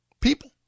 people